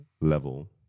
level